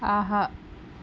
ஆஹா